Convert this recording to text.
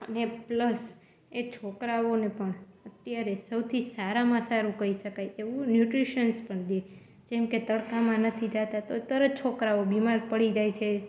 અને પ્લસ એ છોકરાઓને પણ અત્યારે સૌથી સારામાં સારું કહી શકાય એવું ન્યુટ્રિશન્સ પણ દે જેમ કે તડકામાં નથી જતાં તો તરત છોકરાઓ બીમાર પડી જાય છે